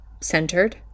centered